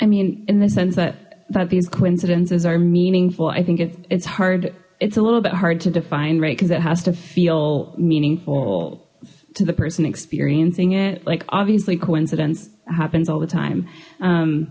i mean in the sense that that these coincidences are meaningful i think it's it's hard it's a little bit hard to define right because it has to feel meaningful to the person experiencing it like obviously coincidence happens all the time